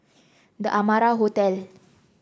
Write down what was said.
The Amara Hotel